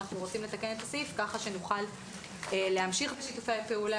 אנחנו רוצים לתקן את הסעיף כך שנוכל להמשיך בשיתופי הפעולה